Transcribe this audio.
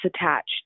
attached